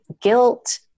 guilt